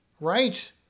Right